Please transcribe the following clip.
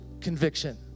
conviction